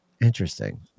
Interesting